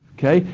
okay?